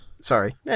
Sorry